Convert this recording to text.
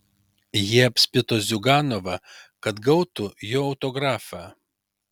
jie apspito ziuganovą kad gautų jo autografą